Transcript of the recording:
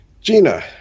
Gina